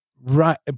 Right